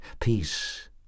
peace